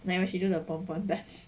like when she do the pom pom dance